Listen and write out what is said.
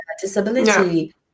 disability